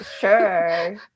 Sure